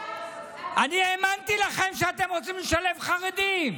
אני האמנתי לכם שאתם רוצים לשלב חרדים.